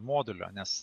modulio nes